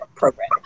program